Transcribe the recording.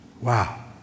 wow